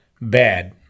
bad